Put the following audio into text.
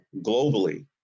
globally